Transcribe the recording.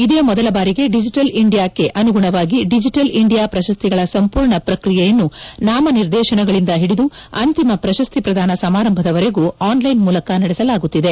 ಇದೇ ಮೊದಲ ಬಾರಿ ಡಿಜೆಟಲ್ ಇಂಡಿಯಾಕ್ಷೆ ಅನುಗುಣವಾಗಿ ಡಿಜೆಟಲ್ ಇಂಡಿಯಾ ಪ್ರಶಸ್ತಿಗಳ ಸಂಪೂರ್ಣ ಪ್ರಕ್ರಿಯೆಯನ್ನು ನಾಮನಿರ್ದೇಶನಗಳಿಂದ ಹಿಡಿದು ಅಂತಿಮ ಪ್ರಶಸ್ತಿ ಪ್ರದಾನ ಸಮಾರಂಭದವರೆಗೂ ಆನ್ಲೈನ್ ಮೂಲಕ ನಡೆಸಲಾಗುತ್ತಿದೆ